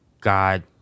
God